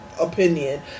opinion